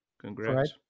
Congrats